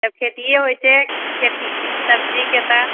जब खेतिये होइ छै खेती सब्जीके तऽ